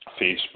Facebook